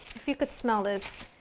if you could smell this,